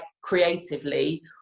creatively